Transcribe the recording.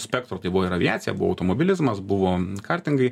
spektro tai buvo ir aviacija buvo automobilizmas buvo kartingai